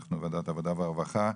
אנחנו ועדת העבודה והרווחה,